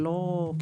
זה לא כפל,